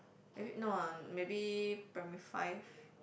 maybe no uh maybe primary five